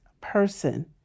person